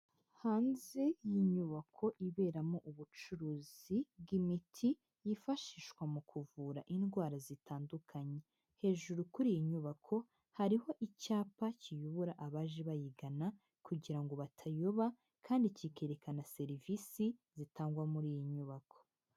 Hanze y'inyubako iberamo ubucuruzi bw'imiti yifashishwa mu kuvura indwara zitandukanye, hejuru kuri iyi nyubako hariho icyapa kiyobora abaje bayigana kugira ngo batayoba kandi kikerekana serivisi zitangwa muri iyi nyubako.